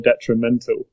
detrimental